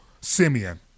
Simeon